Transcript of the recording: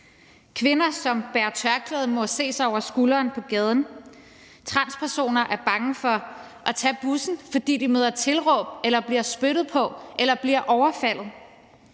Kvinder, som bærer tørklæde, må se sig over skulderen på gaden. Transpersoner er bange for at tage bussen, fordi de bliver mødt med tilråb eller bliver spyttet på eller bliver overfaldet.